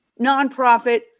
nonprofit